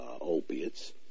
opiates